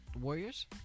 Warriors